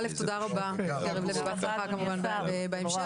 א' תודה רבה מקרב לב ובהצלחה כמובן בהמשך,